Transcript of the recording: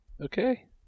Okay